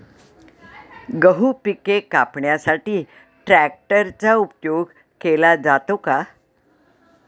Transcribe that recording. गहू पिके कापण्यासाठी ट्रॅक्टरचा उपयोग केला जातो का?